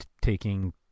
taking